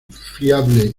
fiable